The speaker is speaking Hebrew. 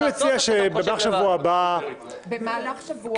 כבוד השופטת, אני מציע שזה יהיה במהלך השבוע הבא,